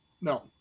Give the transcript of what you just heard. No